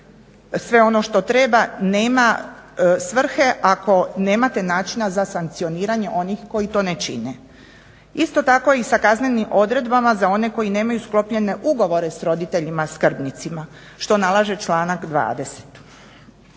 sve ono što treba nema svrhe ako nemate načina za sankcioniranje onih koji to ne čine. Isto tako i sa kaznenim odredbama za one koji nemaju sklopljene ugovore s roditeljima skrbnicima što nalaže članak 20.